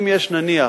אם יש, נניח,